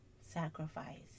sacrifice